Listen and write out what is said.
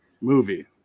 movie